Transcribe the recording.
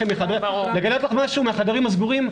לגלות לך משהו מהחדרים הסגורים?